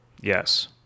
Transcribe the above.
Yes